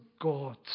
God